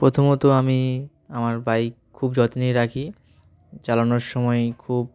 প্রথমত আমি আমার বাইক খুব যত্নে রাখি চালানোর সময় খুব